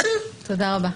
תודה רבה.